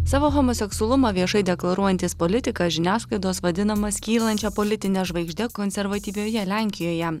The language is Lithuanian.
savo homoseksualumą viešai deklaruojantis politikas žiniasklaidos vadinamas kylančia politine žvaigžde konservatyvioje lenkijoje